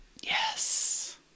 Yes